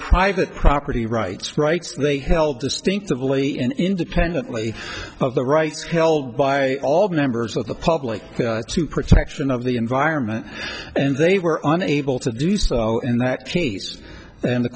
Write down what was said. private property rights rights they held distinctively in independently of the rights held by all members of the public to protection of the environment and they were unable to do so in that piece and the